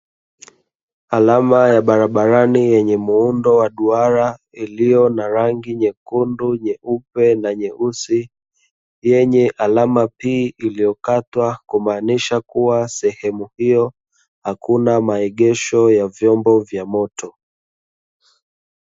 Alama ya barabarani yenye muundo wa duara, iliyo na rangi nyekundu nyeupe nanyeusi, yenye alama 'p' iliyokatwa kumaanisha kuwa sehemu hiyo hakuna maegesho ya vyombo vya moto.